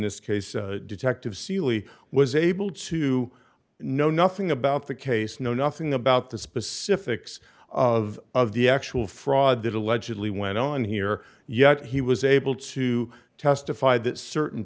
this case detective seeley was able to know nothing about the case no nothing about the specifics of of the actual fraud that allegedly went on here yet he was able to testify that certain